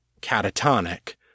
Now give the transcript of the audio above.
catatonic